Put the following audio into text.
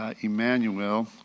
Emmanuel